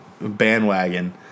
bandwagon